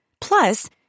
Plus